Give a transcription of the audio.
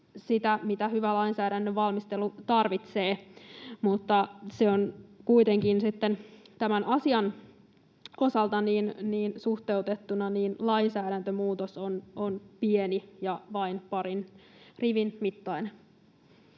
mitä hyvä lainsäädännön valmistelu tarvitsee. Mutta kuitenkin tämän asian osalta suhteutettuna lainsäädäntömuutos on pieni ja vain parin rivin mittainen.